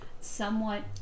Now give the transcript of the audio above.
somewhat